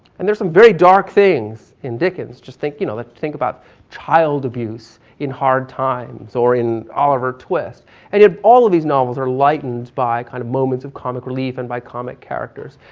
and there's some very dark things in dickens, just you know, like think about child abuse in hard times or in oliver twist and yeah all of these novels are lightened by kind of moments of comic relief and by comic characters.